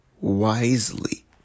wisely